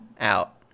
out